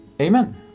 Amen